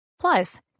Plus